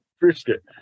brisket